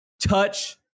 touch